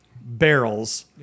barrels